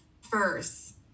first